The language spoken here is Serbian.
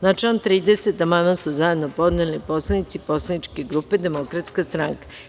Na član 30. amandman su zajedno podneli poslanici Poslaničke grupe Demokratska stranka.